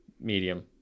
medium